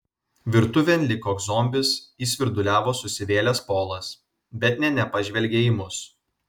virtuvėn lyg koks zombis įsvirduliavo susivėlęs polas bet nė nepažvelgė į mus